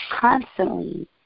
constantly